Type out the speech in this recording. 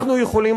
אנחנו יכולים,